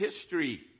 history